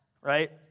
right